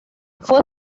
fue